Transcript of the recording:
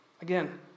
Again